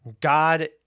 God